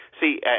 see